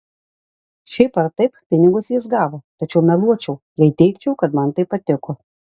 šiaip ar taip pinigus jis gavo tačiau meluočiau jei teigčiau kad man tai patiko